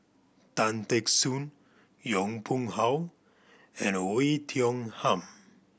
Tan Teck Soon Yong Pung How and Oei Tiong Ham